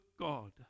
God